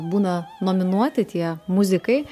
būna nominuoti tie muzikai